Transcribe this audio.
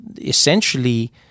Essentially